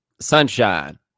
sunshine